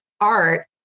art